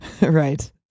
Right